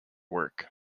work